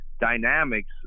dynamics